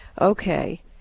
Okay